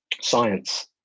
science